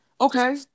Okay